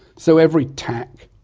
so every tack,